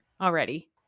already